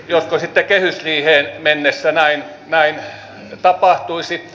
josko sitten kehysriiheen mennessä näin tapahtuisi